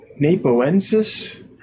napoensis